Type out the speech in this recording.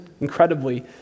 incredibly